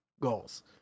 goals